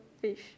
fish